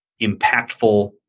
impactful